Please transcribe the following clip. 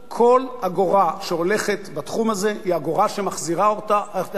כל אגורה שהולכת לתחום הזה היא אגורה שמחזירה את עצמה,